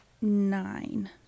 nine